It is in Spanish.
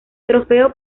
trofeo